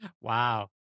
Wow